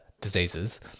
diseases